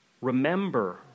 Remember